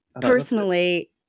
Personally